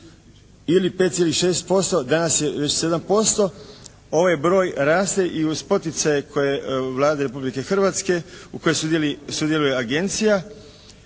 ili 5,6%. Danas je već 7%. Ovaj broj raste i uz poticaje koje Vlada Republike Hrvatske u koje sudjeluje agencija.